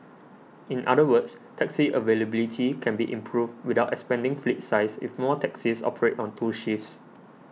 in other words taxi availability can be improved without expanding fleet size if more taxis operate on two shifts